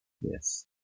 Yes